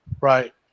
Right